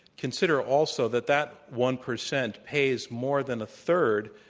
consider, also, that that one percent pays more than a third,